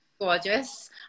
gorgeous